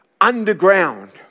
underground